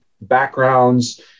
backgrounds